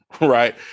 Right